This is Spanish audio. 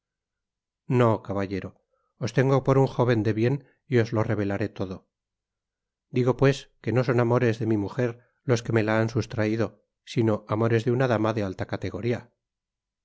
no caballero os tengo por un jóven de bien y os lo revelaré todo digo pues que no son amores de mi muger los que me la han sustraido sino amores de una dama de alia categoria